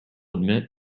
admit